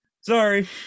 Sorry